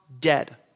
dead